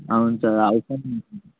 అవును సార్ అవసరం ఉంది సార్